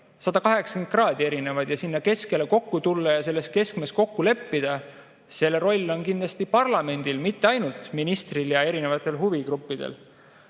180 kraadi erinevad. Sinna keskele kokku tulla ja selles keskmes kokku leppida – see roll on kindlasti parlamendil, mitte ainult ministril ja eri huvigruppidel.